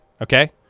Okay